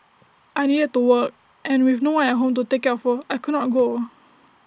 I needed to work and with no one at home to take care of her I could not go